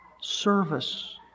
service